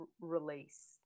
release